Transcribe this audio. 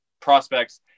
prospects